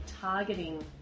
targeting